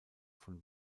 von